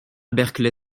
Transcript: berkeley